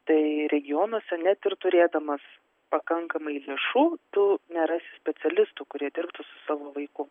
tai regionuose net ir turėdamas pakankamai lėšų tu nerasi specialistų kurie dirbtų su savo vaiku